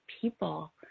people